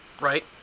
right